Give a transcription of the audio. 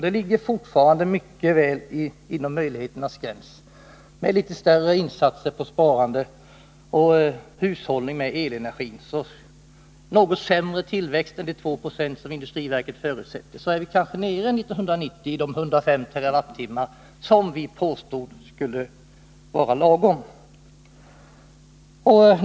Det ligger fortfarande mycket väl inom möjligheternas gräns med litet större insatser på sparande och hushållning med elenergi. Med något sämre tillväxt än de 2 20 som industriverket förutsätter är vi kanske 1990 nere i de 105 TWh som vi påstod skulle vara lagom.